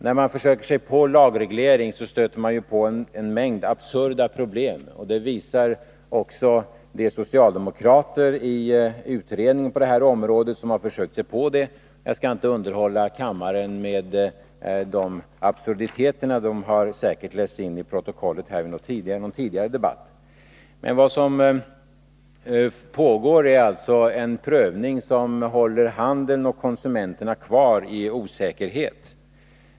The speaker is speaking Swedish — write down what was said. När man försöker sig på lagreglering stöter man på en mängd absurda problem, och det visar också de socialdemokrater som i utredningar på detta område har försökt sig på detta. Jag skall inte underhålla kammaren med de absurditeterna. De har säkert förts till protokollet vid någon tidigare debatt här i kammaren. Vad som pågår är alltså en prövning som håller handeln och konsumenterna kvar i osäkerhet.